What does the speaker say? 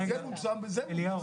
כי זה מונשם וזה מונשם.